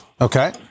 Okay